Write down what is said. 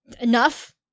enough